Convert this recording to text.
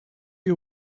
you